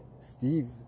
steve